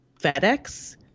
FedEx